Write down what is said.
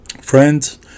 Friends